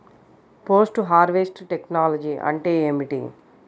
Post harvest technology అంటే ఏమిటి?